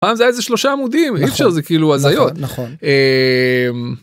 םעם זה היה איזה שלושה עמודים. אי אפשר זה כאילו הזיות נכון. אממ...